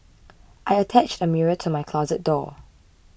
I attached a mirror to my closet door